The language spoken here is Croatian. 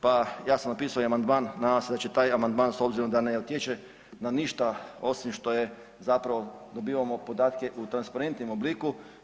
Pa ja sam napisao i amandman, nadam se da će taj amandman s obzirom da ne utječe na ništa osim što zapravo dobivamo podatke u transparentnom obliku.